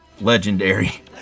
Legendary